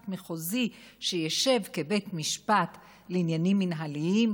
מחוזי שישב כבית משפט לעניינים מינהליים,